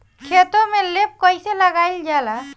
खेतो में लेप कईसे लगाई ल जाला?